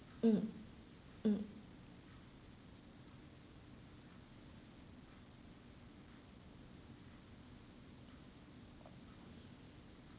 mm mm